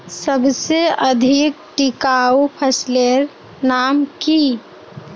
सबसे अधिक टिकाऊ फसलेर नाम की?